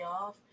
off